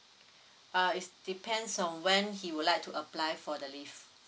uh it's depends on when he would like to apply for the leave